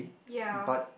ya